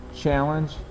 challenge